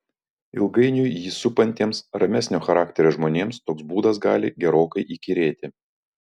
ilgainiui jį supantiems ramesnio charakterio žmonėms toks būdas gali gerokai įkyrėti